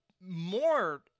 more